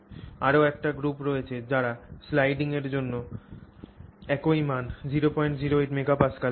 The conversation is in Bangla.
আরও একটি গ্রুপ রয়েছে যারা স্লাইডিংয়ের জন্য একই মান 008 mega Pascal পেয়েছে